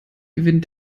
gewinnen